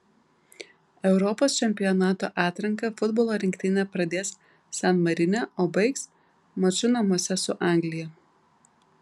europos čempionato atranką futbolo rinktinė pradės san marine o baigs maču namuose su anglija